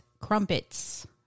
Crumpets